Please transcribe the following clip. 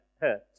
hurt